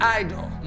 idol